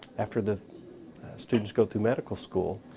after the students go through medical school,